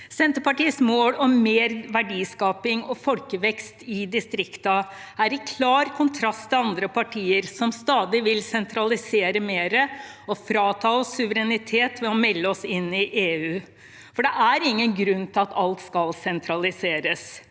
Senterpartiets mål om mer verdiskaping og folkevekst i distriktene står i klar kontrast til andre partier som stadig vil sentralisere mer og frata oss suverenitet ved melde oss inn i EU. Det er ingen grunn til at alt skal sentraliseres.